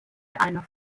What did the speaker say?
einer